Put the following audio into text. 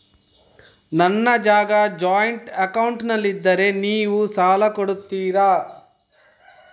ನನ್ನ ಜಾಗ ಜಾಯಿಂಟ್ ಅಕೌಂಟ್ನಲ್ಲಿದ್ದರೆ ನೀವು ಸಾಲ ಕೊಡ್ತೀರಾ?